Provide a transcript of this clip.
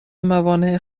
موانع